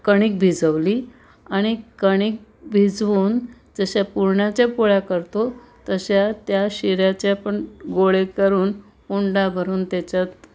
कणिक भिजवली आणि कणिक भिजवून जशा पुरणाच्या पोळ्या करतो तशा त्या शिऱ्याच्या पण गोळे करून उंडा भरून त्याच्यात